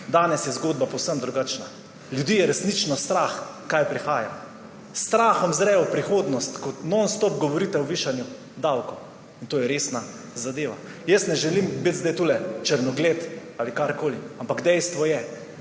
Danes je zgodba povsem drugačna. Ljudi je resnično strah, kaj prihaja. S strahom zrejo v prihodnost, ko nonstop govorite o višanju davkov. In to je resna zadeva. Ne želim biti zdaj tule črnogled ali karkoli, ampak dejstvo je,